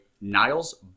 Niles